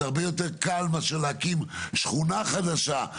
זה הרבה יותר קל מאשר להקים שכונה חדשה.